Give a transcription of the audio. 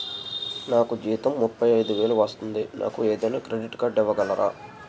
నాకు జీతం ముప్పై ఐదు వేలు వస్తుంది నాకు ఏదైనా క్రెడిట్ కార్డ్ ఇవ్వగలరా?